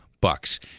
Bucks